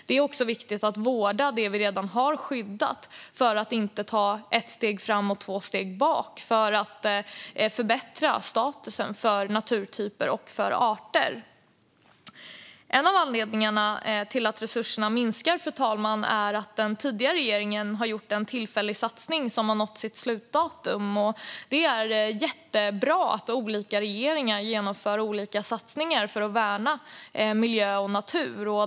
Det är också viktigt att vårda det vi redan har skyddat för att inte ta ett steg fram och två steg tillbaka och för att förbättra statusen för naturtyper och för arter. En av anledningarna till att resurserna minskar, fru talman, är att den tidigare regeringen hade gjort en tillfällig satsning som har nått sitt slutdatum. Det är jättebra att olika regeringar genomför olika satsningar för att värna miljö och natur.